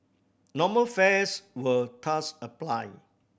normal fares will thus apply